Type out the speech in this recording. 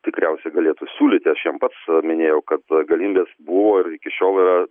tikriausiai galėtų siūlyti aš jiem pats minėjau kad galimybės buvo iki šiol yra